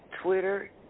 Twitter